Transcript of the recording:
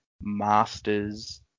Masters